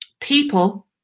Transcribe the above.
people